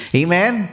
Amen